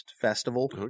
festival